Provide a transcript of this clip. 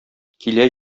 килә